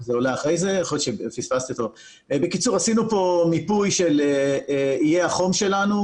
עשינו פה מיפוי של איי החום שלנו.